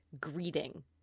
greeting